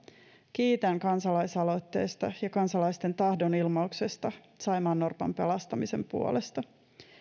kiitän kansalaisaloitteesta ja kansalaisten tahdonilmauksesta saimaannorpan pelastamisen puolesta